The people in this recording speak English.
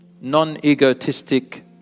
non-egotistic